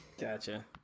gotcha